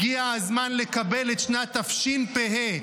הגיע הזמן לקבל את שנת תשפ"ה,